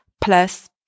plus